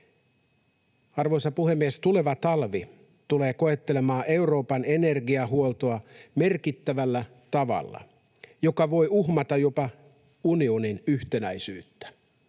Arvoisa puhemies! Tuleva talvi tulee koettelemaan Euroopan energiahuoltoa merkittävällä tavalla, joka voi uhmata jopa unionin yhtenäisyyttä.